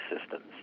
systems